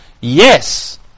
Yes